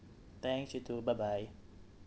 thanks you too bye bye